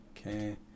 Okay